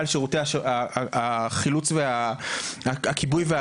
יש לנו גם ממצגת, אני